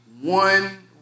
one